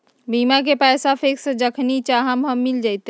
बीमा के पैसा फिक्स जखनि चाहम मिल जाएत?